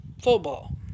football